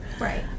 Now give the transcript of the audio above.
Right